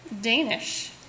Danish